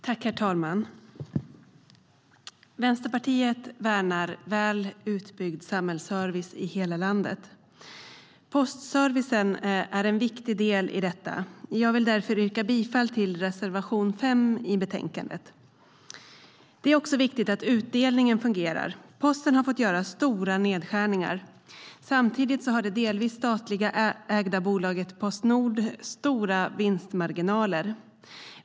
Herr talman! Vänsterpartiet värnar väl utbyggd samhällsservice i hela landet. Postservicen är en viktig del i detta. Jag vill därför yrka bifall till reservation 5 i betänkandet. Det är också viktigt att utdelningen fungerar. Posten har fått göra stora nedskärningar. Samtidigt har det delvis statligt ägda bolaget Postnord stora vinstmarginaler.